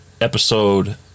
episode